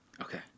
Okay